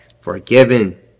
forgiven